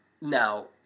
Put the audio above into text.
now